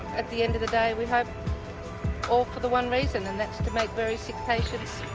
at the end of the day we hope all for the one reason and that's to make very sick patients